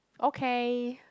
okay